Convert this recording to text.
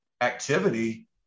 activity